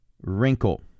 wrinkle